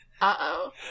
Uh-oh